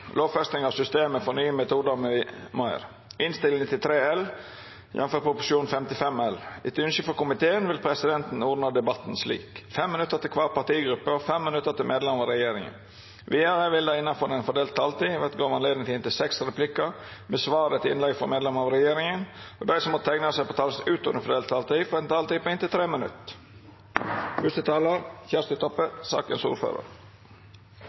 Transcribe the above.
minutt til medlemer av regjeringa. Vidare vil det – innanfor den fordelte taletida – verta gjeve anledning til replikkordskifte på inntil seks replikkar med svar etter innlegg frå medlemer av regjeringa, og dei som måtte teikna seg på talarlista utover den fordelte taletida, får ei taletid på inntil 3 minutt.